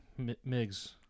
Migs